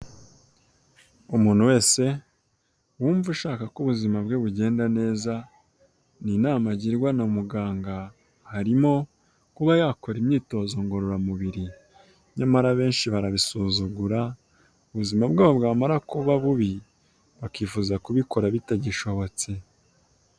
Umuntu wese wumva ushaka ko ubuzima bwe bugenda neza ni inama agirwa na muganga harimo kuba yakora imyitozo ngororamubiri, nyamara benshi barabisuzugura ubuzima bwabo bwamara kuba bubi bakifuza kubikora bitagishobotse.